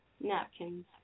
Napkins